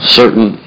certain